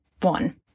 one